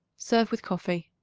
serve with coffee.